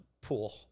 pool